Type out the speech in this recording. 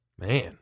Man